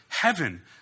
heaven